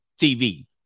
TV